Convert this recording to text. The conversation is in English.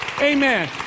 Amen